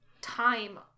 time